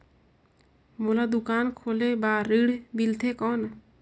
मोला दुकान खोले बार ऋण मिलथे कौन?